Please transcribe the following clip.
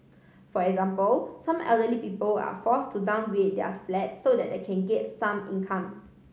for example some elderly people are force to downgrade their flats so that they can get some income